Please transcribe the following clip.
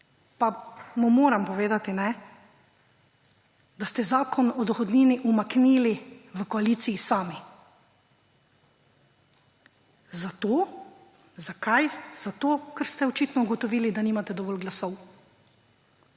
pa mu moram povedati, da ste Zakon o dohodnini umaknili v koaliciji sami. Zakaj? Ker ste očitno ugotovili, da nimate dovolj glasov,